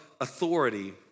authority